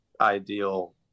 ideal